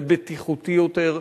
זה בטיחותי יותר,